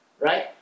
Right